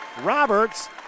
Roberts